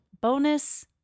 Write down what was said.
bonus